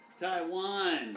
Taiwan